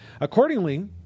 Accordingly